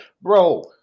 bro